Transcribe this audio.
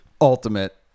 ultimate